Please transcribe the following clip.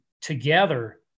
together